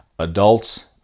Adults